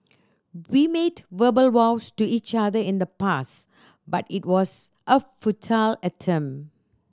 we made verbal vows to each other in the past but it was a futile attempt